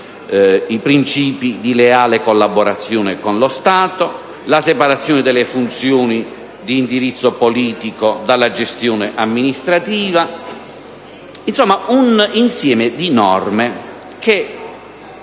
i principi di leale collaborazione con lo Stato, la separazione delle funzioni di indirizzo politico dalla gestione amministrativa. Insomma, un insieme di norme che